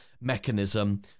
mechanism